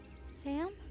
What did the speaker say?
Sam